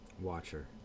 watcher